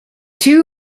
two